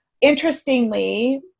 interestingly